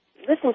listen